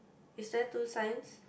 is there two signs